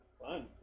fun